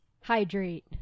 Hydrate